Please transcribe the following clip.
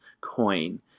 coin